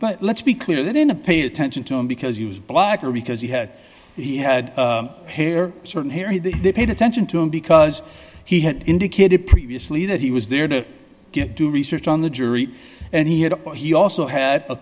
but let's be clear that in the pay attention to him because he was black or because he had he had hair certain hair they paid attention to him because he had indicated previously that he was there to get do research on the jury and he had he also had a